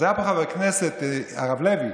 אז היה פה חבר כנסת הרב לוי,